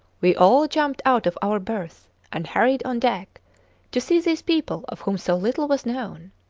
we all jumped out of our berths and hurried on deck to see these people of whom so little was known.